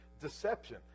deception